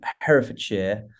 Herefordshire